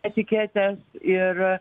etiketes ir